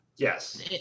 Yes